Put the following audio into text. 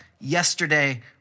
Yesterday